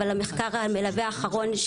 אבל המחקר המלווה האחרון,